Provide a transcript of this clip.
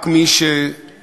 רק מי שמזלזל